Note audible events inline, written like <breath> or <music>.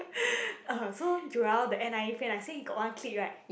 <breath> oh so Joel the n_i_e friend right say he got one clique right